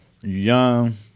young